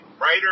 writer